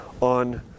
on